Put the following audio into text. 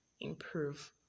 improve